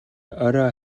орой